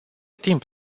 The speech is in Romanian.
timp